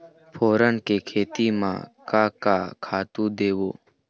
फोरन के खेती म का का खातू देबो?